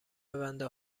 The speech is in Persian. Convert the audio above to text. بنده